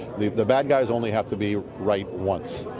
the bad guys only have to be right once,